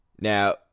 Now